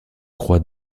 croix